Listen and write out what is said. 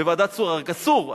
ורק אסור,